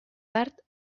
tard